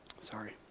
Sorry